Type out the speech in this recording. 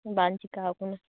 ᱵᱟᱝ ᱪᱤᱠᱟᱹ ᱟᱠᱟᱱᱟ